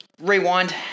rewind